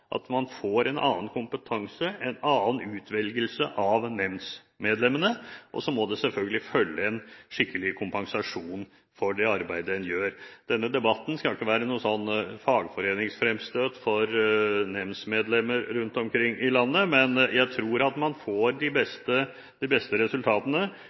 at man får en annen kompetanse, en annen utvelgelse av nemndmedlemmene. Og så må det selvfølgelig følge med en skikkelig kompensasjon for det arbeidet en gjør. Denne debatten skal ikke være noe slags fagforeningsfremstøt for nemndmedlemmer rundt omkring i landet, men jeg tror at man får de beste resultatene